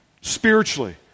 spiritually